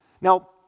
Now